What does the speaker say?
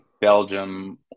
Belgium